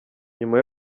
nyuma